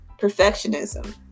Perfectionism